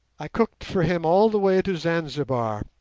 i cooked for him all the way to zanzibar.